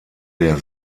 der